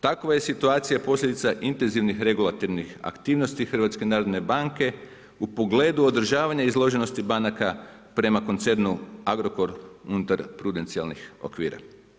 Takva je situacija posljedica intenzivnih regulatornih aktivnosti HNB-a u pogledu održavanja izloženosti banaka prema koncernu Agrokor unutar prudencijalnih okvira.